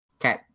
Okay